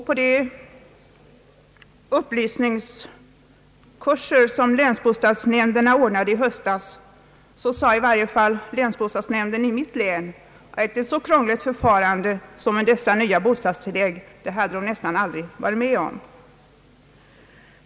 På de upplysningskurser som länsbostadsnämnderna ordnade i höstas sade i varje fall länsbostadsnämnden i mitt län att ett så krångligt förfarande som dessa nya bostadstillägg innebar hade man nästan aldrig varit med om.